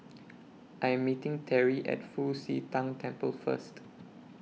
I Am meeting Teri At Fu Xi Tang Temple First